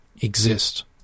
exist